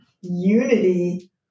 unity